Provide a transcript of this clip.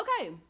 Okay